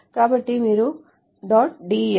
కాబట్టి మీరు dot DEF "